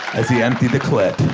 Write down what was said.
as he emptied the clip.